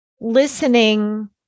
Listening